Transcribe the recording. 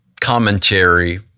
commentary